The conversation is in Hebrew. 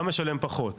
הוא היה משלם פחות.